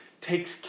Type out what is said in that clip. takes